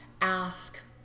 ask